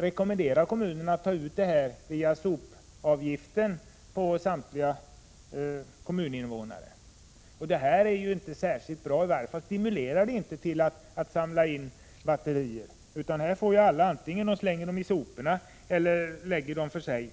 rekommenderas att ta betalt av samtliga kommuninvånare via sopavgiften. Det är inte särskilt bra, i varje fall stimulerar det inte till att samla in batterier. Här får ju alla betala avgiften, oavsett om de slänger batterierna i soporna eller lägger dem för sig.